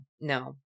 no